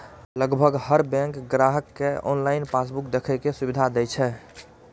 लगभग हर बैंक ग्राहक कें ऑनलाइन पासबुक देखै के सुविधा दै छै